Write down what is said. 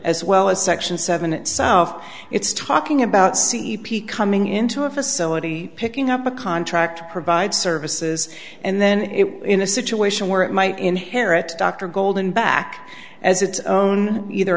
as well as section seven itself it's talking about c e p coming into a facility picking up a contract to provide services and then it was in a situation where it might inherit dr golden back as its own either